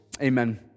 Amen